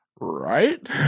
Right